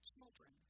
children